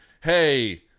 hey